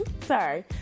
sorry